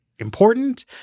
important